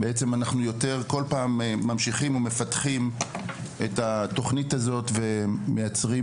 אנחנו יותר כל פעם ממשיכים ומפתחים את התוכנית הזאת ומייצרים